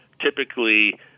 typically